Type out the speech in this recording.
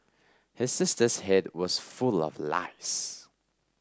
his sister's head was full of lice